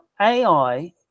AI